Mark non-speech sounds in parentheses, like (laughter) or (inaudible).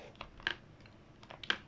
(noise)